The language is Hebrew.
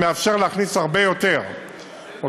זה מאפשר להכניס הרבה יותר אוטובוסים